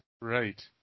Right